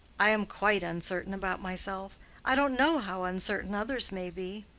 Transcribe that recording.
i am quite uncertain about myself i don't know how uncertain others may be.